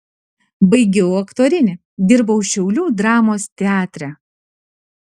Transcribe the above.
baigiau aktorinį dirbau šiaulių dramos teatre